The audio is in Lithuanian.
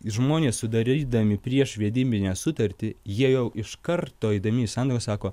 žmonės sudarydami priešvedybinę sutartį jie jau iš karto eidami santuoką sako